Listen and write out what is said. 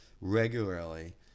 regularly